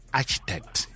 architect